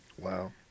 Wow